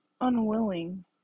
unwilling